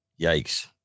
Yikes